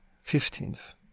fifteenth